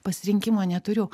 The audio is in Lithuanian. pasirinkimo neturiu